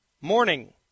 Morning